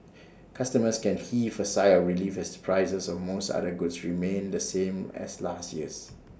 customers can heave A sigh of relief as prices of most other goods remain the same as last year's